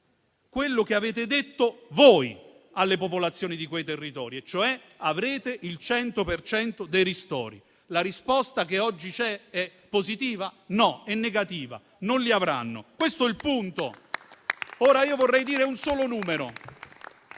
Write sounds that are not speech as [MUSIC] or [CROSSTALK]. quello che avete detto voi alle popolazioni di quei territori: avrete il 100 per cento dei ristori. La risposta che oggi c'è è positiva? No, è negativa. Non li avranno: questo è il punto. [APPLAUSE] Vorrei dire un solo numero: